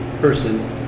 person